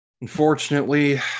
Unfortunately